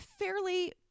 fairly